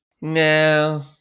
No